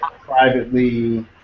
privately